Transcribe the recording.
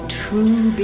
true